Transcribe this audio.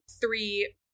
three